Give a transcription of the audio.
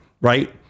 right